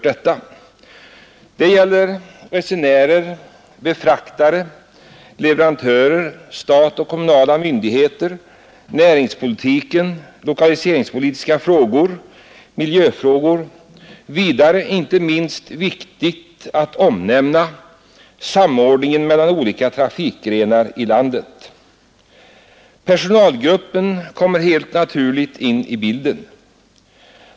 Det gäller resenärer, befraktare, leverantörer, statliga och kommunala myndigheter, och det gäller även krav ur näringspolitiska och lokaliseringspolitiska synpunkter och hänsynen till miljöfrågorna. Vidare är det inte minst viktigt att omnämna samordningen mellan olika trafikgrenar i landet. Personalen kommer helt naturligt in i bilden.